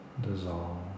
dissolve